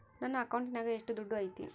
ನನ್ನ ಅಕೌಂಟಿನಾಗ ಎಷ್ಟು ದುಡ್ಡು ಐತಿ?